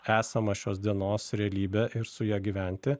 esamą šios dienos realybę ir su ja gyventi